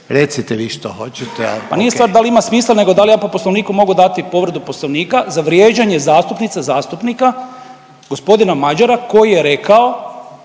Miroslav (SDP)** Nije stvar da li ima smisla nego da li ja po Poslovniku mogu dati povredu Poslovnika za vrijeđanje zastupnice, zastupnika gospodina Mažara koji je rekao